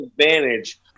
advantage